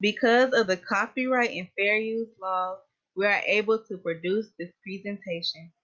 because of the copyright and fair use law we are able to produce this presentation.